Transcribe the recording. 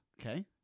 Okay